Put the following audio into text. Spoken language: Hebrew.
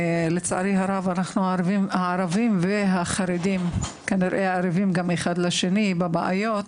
לצערי הרב אנחנו הערבים והחרדים כנראה גם ערבים זה לזה בבעיות,